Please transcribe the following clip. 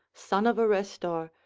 son of arestor,